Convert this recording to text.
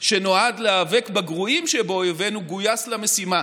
שנועד להיאבק בגרועים שבאויבינו, גויס למשימה.